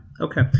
Okay